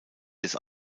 des